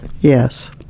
Yes